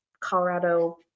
Colorado